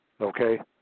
Okay